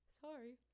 Sorry